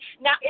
Now